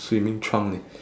swimming trunk eh